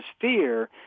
fear